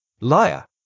Liar